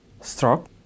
stroke